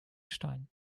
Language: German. stein